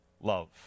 love